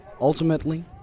Ultimately